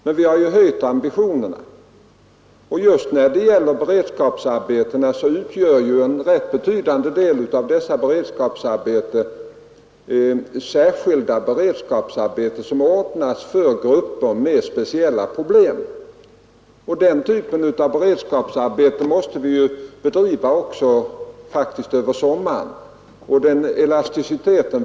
Men vi har ju höjt ambitionerna, och en rätt betydande del av beredskapsarbetena utgörs ju av s.k. särskilda beredskapsarbeten, som anordnas för grupper med speciella problem. Den typen av beredskapsarbete måste vi faktiskt bedriva också över sommaren.